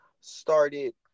started